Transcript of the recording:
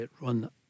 run